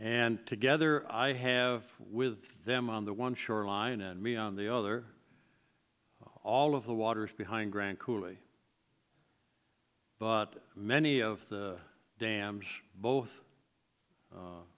and together i have with them on the one shoreline and me on the other all of the waters behind grand coulee but many of the dams both